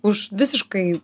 už visiškai